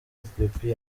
ethiopia